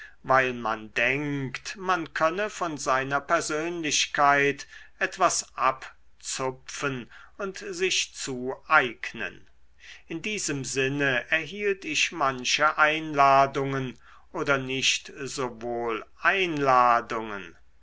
weil man denkt man könne von seiner persönlichkeit etwas abzupfen und sich zueignen in diesem sinne erhielt ich manche einladungen oder nicht so wohl einladungen